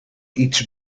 iets